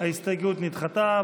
ההסתייגות נדחתה.